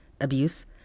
abuse